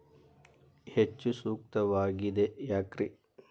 ಹೆಚ್ಚು ಸೂಕ್ತವಾಗಿದೆ ಯಾಕ್ರಿ?